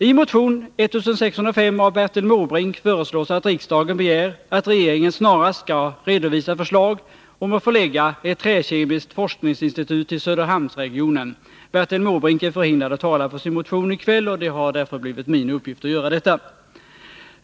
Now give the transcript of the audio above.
I motion 1605 av Bertil Måbrink föreslås att riksdagen begär att regeringen snarast skall redovisa förslag om att förlägga ett träkemiskt forskningsinstitut till Söderhamnsregionen. Bertil Måbrink är förhindrad att tala för sin motion i kväll. Det har därför blivit min uppgift att göra detta.